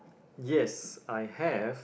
yes I have